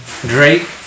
Drake